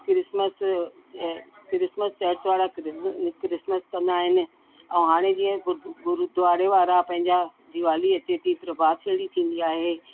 Christmas Christmas church वारा क्र Christmas कंदा आहिनि ऐं हाणे जीअं गुर गुरुद्वारे वारा पंहिंजा दीवाली अचे थी प्रभात फेरी थींदी आहे